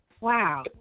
Wow